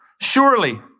Surely